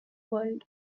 world